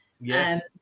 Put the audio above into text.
Yes